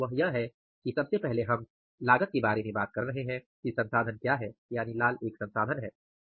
वह यह है कि सबसे पहले हम लागत के बारे में बात कर रहे हैं कि संसाधन क्या हैं यानि लाल एक संसाधन है